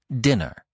dinner